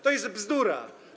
To jest bzdura.